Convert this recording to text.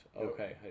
Okay